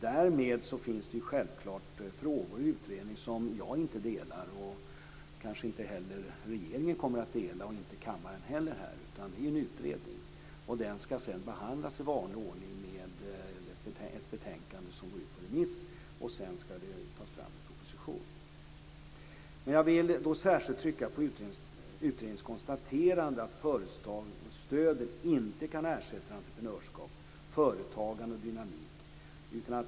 Därmed finns det självfallet frågor i utredningen som jag inte delar, och som kanske inte heller regeringen och kammaren kommer att dela. Detta är ju en utredning, och den ska sedan behandlas i vanlig ordning med ett betänkande som går ut på remiss, och sedan ska en proposition tas fram. Jag vill särskilt trycka på utredningens konstaterande att företagsstödet inte kan ersätta entreprenörskap, företagande och dynamik.